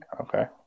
Okay